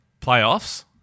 playoffs